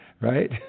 right